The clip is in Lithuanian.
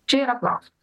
čia yra klausimas